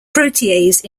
protease